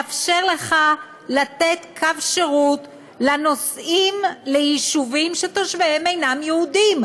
הוא מאפשר לך לתת קו שירות לנוסעים ליישובים שתושביהם אינם יהודים,